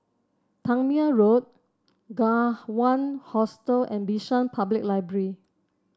Tangmere Road Kawan Hostel and Bishan Public Library